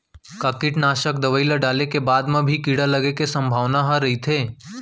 का कीटनाशक दवई ल डाले के बाद म भी कीड़ा लगे के संभावना ह रइथे?